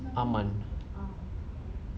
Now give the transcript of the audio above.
aman